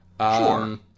Sure